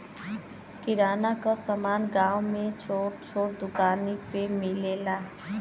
किराना क समान गांव में छोट छोट दुकानी पे मिलेला